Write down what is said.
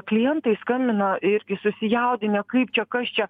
klientai skambina irgi susijaudinę kaip čia kas čia